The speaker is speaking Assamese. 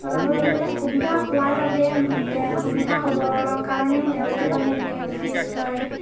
চলাবৰ বাবে সুবিধা হোৱাৰ বাবে সুবিধা হ'বৰ কাৰণেও তেওঁলোকে মানে এনেকৈ ফিজ লয়